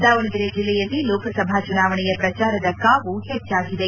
ದಾವಣಗೆರೆ ಜಿಲ್ಲೆಯಲ್ಲಿ ಲೋಕಸಭಾ ಚುನಾವಣೆಯ ಪ್ರಚಾರದ ಕಾವು ಹೆಚ್ಚಾಗಿದೆ